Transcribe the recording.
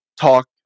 talk